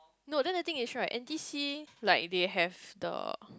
no that that thing is right N_T_C like they have the